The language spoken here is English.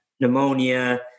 pneumonia